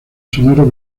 sonoro